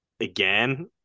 Again